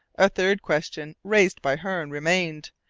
a third question raised by hearne remained,